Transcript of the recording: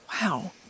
wow